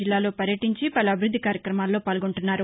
జిల్లాలో పర్యటించి పలు అభివృద్ది కార్యక్రమాల్లో పాల్గొంటున్నారు